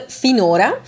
finora